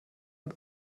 und